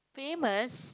famous